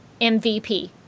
MVP